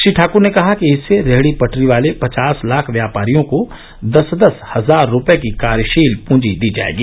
श्री ठाक्र ने कहा कि इससे रेहड़ी पटरी वाले पचास लाख व्यापारियों को दस दस हजार रुपये की कार्यशील पूंजी दी जाएगी